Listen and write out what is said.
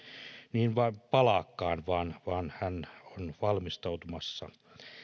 niin vain palaakaan vaan vaan hän on valmistautumassa